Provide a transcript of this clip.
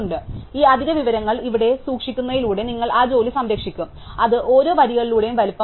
അതിനാൽ ഈ അധിക വിവരങ്ങൾ ഇവിടെ സൂക്ഷിക്കുന്നതിലൂടെ നിങ്ങൾ ആ ജോലി സംരക്ഷിക്കും അത് ഓരോ വരികളുടെയും വലുപ്പമാണ്